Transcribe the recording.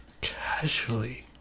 Casually